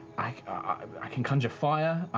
i can conjure fire.